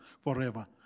forever